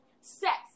sex